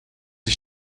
ich